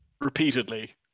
Repeatedly